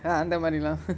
ah அந்தமாரி:anthamari lah